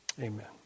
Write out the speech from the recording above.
amen